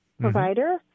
provider